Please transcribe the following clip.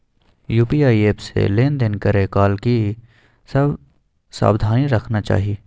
UPI app से लेन देन करै काल की सब सावधानी राखना चाही?